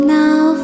now